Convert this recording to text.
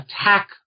attack